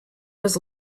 was